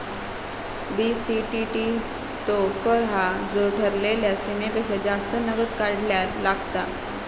BCTT तो कर हा जो ठरलेल्या सीमेपेक्षा जास्त नगद काढल्यार लागता